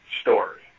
story